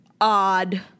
Odd